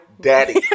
daddy